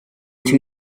two